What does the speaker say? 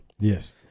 Yes